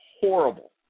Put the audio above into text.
horrible